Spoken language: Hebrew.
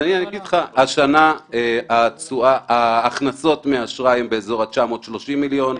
השנה ההכנסות מאשראי הם באזור ה-930 מיליון,